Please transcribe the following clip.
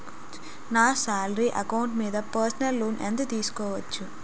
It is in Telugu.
నా సాలరీ అకౌంట్ మీద పర్సనల్ లోన్ ఎంత తీసుకోవచ్చు?